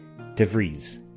Devries